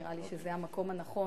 נראה לי שזה המקום הנכון.